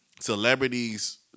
celebrities